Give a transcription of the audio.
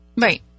Right